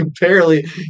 barely